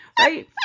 Right